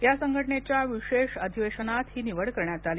या संघटनेच्या विशेष अधिवेशनात हि निवड करण्यात आली